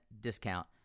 discount